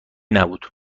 نبود